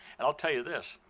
and i'll tell you this,